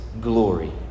glory